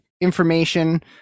information